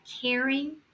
caring